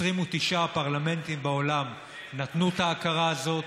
29 פרלמנטים בעולם נתנו את ההכרה הזאת.